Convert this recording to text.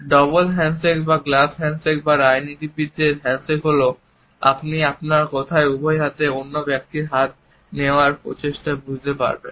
double handshake বা glove handshake বা রাজনীতিবিদদের হ্যান্ডশেক হল যখন আপনি আপনার উভয় হাতে অন্য ব্যক্তির হাত নেওয়ার প্রচেষ্টা করেন